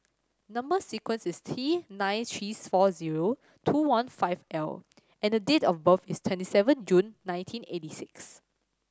number sequence is T nine three four zero two one five L and date of birth is twenty seven June nineteen eighty six